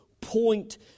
point